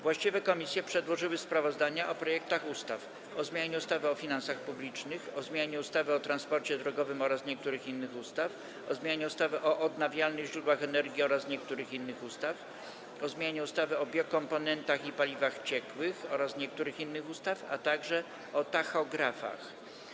Właściwe komisje przedłożyły sprawozdania o projektach ustaw: - o zmianie ustawy o finansach publicznych, - o zmianie ustawy o transporcie drogowym oraz niektórych innych ustaw, - o zmianie ustawy o odnawialnych źródłach energii oraz niektórych innych ustaw, - o zmianie ustawy o biokomponentach i biopaliwach ciekłych oraz niektórych innych ustaw, - o tachografach.